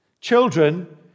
Children